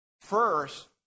first